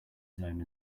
zone